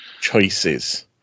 choices